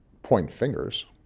point fingers.